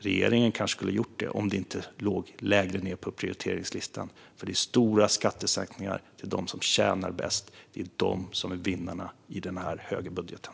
Regeringen kanske skulle ha gjort det om det inte hade legat lägre på prioriteringslistan. I stället gör man stora skattesänkningar för dem som tjänar mest. Det är de som är vinnarna i den här högerbudgeten.